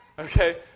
Okay